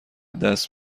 دست